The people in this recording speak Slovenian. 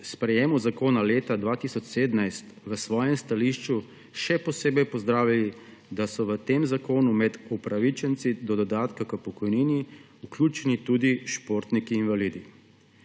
sprejetju zakona leta 2017 v svojem stališču še posebej pozdravili, da so v tem zakonu med upravičence do dodatka k pokojnini vključeni tudi športniki invalidi.